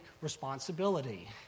responsibility